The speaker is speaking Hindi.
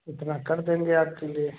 उतना कर देंगे आपके लिए